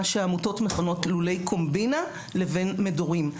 שהעמותות מכנות לולי קומבינה לבין מדורים.